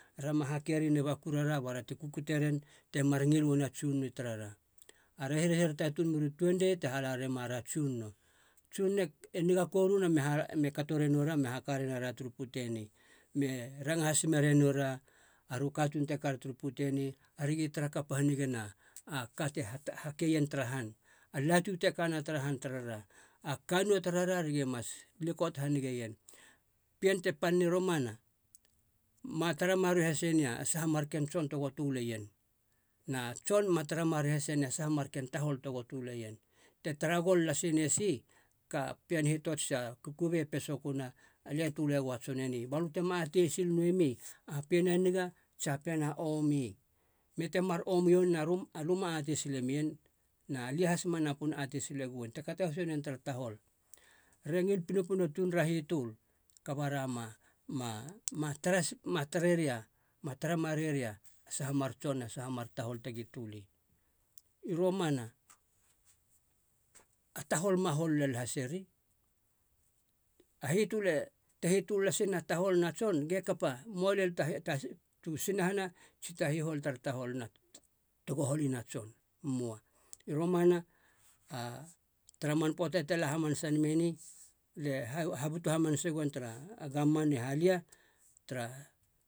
Rema hakerien i baku rara bara te kukuteren temar ngil uana a tsunono i tarara. Ara e hirhirata tuun mer u tuenre te hala remara a tsunono. A tsunono niga koruna me me kato renora me haka ranoura turu pute ni me ranga has mere noura, ara u katuun turu pute ne arigi tara kap hanigei a- a kate hakeien tara han, a latu te kana tara han tarara. A kann nou tarara, aragi mas likot hanigeien. Pien te panin romana ma tara marue hase nei a saha mar ken tson tego töleien. Na tson ma tara marei hase nei a sa marken tahol tego tölein te tara gol lasi ne si ga pien hitots tsia kukubei pe soköna alia töle goa a tson eni balö tema atei sil nöemi a pien a niga tsia pien a omi, me te omi ua nen alö ma atei sile mien na lia has ma napun atei sile guen te kato hasiuanen tara tahol. Re ngil pinopino tuner a hitöl, kaba rama ma- ma- ma taras ma tareri ma- tara mareria a saha mar tson na saha mar tahol tegi töli. I romana a tahol ma hol lel haseri. A hitöle, te hitol lasi na tahol na tson, ge kapa moa lel tu sinahana tsi ta hihol tara tahol na, togo holina tson, moa. I romana tara man poata te la hamanasa nama eni lie habutu hamanase goen tara govman i halia tara